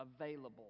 available